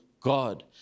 God